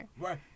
Right